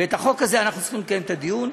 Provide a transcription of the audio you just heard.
ובחוק הזה אנחנו צריכים לקיים את הדיון.